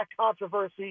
controversy